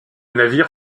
navire